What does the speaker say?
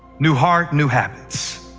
new heart, new habits.